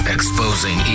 Exposing